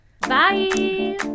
Bye